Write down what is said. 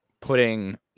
putting